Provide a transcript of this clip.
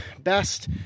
best